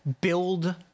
build